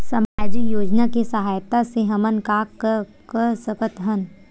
सामजिक योजना के सहायता से हमन का का कर सकत हन?